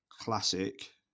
classic